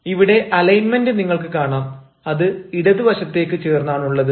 ഇവിടെ അലൈൻമെന്റ് നിങ്ങൾക്ക് കാണാം അത് ഇടതുവശത്തേക്ക് ചേർന്ന് ആണുള്ളത്